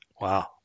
Wow